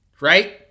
right